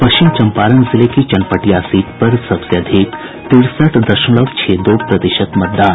पश्चिम चम्पारण जिले की चनपटिया सीट पर सबसे अधिक तिरसठ दशमलव छह दो प्रतिशत मतदान